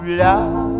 love